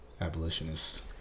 Abolitionist